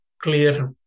clear